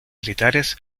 militares